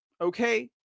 Okay